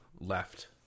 left